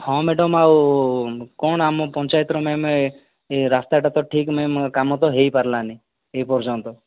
ହଁ ମ୍ୟାଡ଼ାମ ଆଉ କ'ଣ ଆମ ପଞ୍ଚାୟତର ମ୍ୟାମ ରାସ୍ତାଟା ତ ଠିକ ନାହିଁ କାମ ତ ହୋଇପାରିଲାନି ଏ ପର୍ଯ୍ୟନ୍ତ